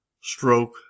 stroke